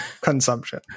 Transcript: consumption